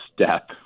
step